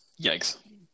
Yikes